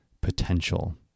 potential